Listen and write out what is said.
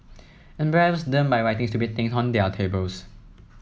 embarrass them by writing stupid things on their tables